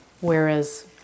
Whereas